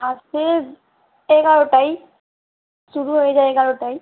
আজকে এগারোটায় শুরু হয়ে যায় এগারোটায়